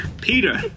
Peter